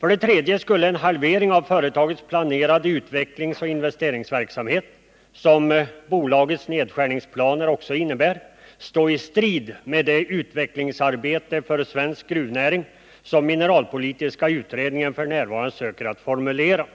För det tredje skulle en halvering av företagets planerade utvecklingsoch investeringsverksamhet — det innebär bolagets nedskärningsplaner — stå i strid med det utvecklingsarbete för svensk gruvnäring som mineralpolitiska utredningen f. n. söker utforma.